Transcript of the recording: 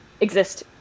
exist